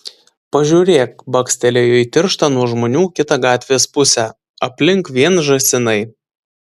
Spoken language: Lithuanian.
pažiūrėk bakstelėjo į tirštą nuo žmonių kitą gatvės pusę aplink vien žąsinai